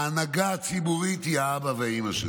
ההנהגה הציבורית היא האבא והאימא שלו.